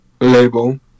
label